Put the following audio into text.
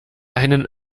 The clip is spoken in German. einen